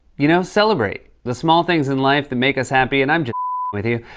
you know? celebrate the small things in life that make us happy. and i'm just with you.